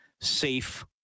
safe